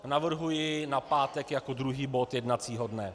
Navrhuji na pátek jako druhý bod jednacího dne.